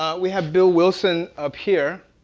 ah we have bill wilson up here.